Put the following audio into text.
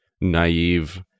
naive